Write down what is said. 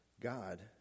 God